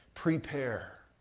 Prepare